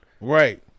Right